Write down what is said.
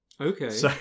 Okay